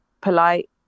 polite